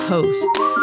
Hosts